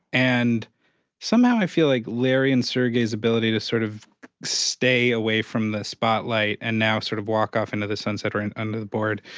and somehow i feel like larry and sergey's ability to sort of stay away from the spotlight and now sort of walk off into the sunset or and under the board,